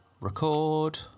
Record